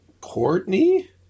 Courtney